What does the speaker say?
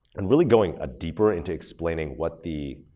and really going ah deeper into explaining what the,